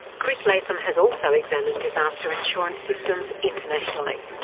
chris latham has also examined disaster insurance systems internationally.